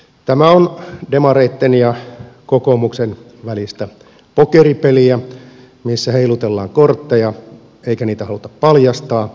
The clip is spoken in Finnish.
tämä on demareitten ja kokoomuksen välistä pokeripeliä missä heilutellaan kortteja eikä niitä haluta paljastaa